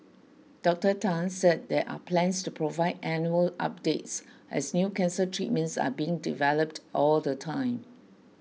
Dr Tan said there are plans to provide annual updates as new cancer treatments are being developed all the time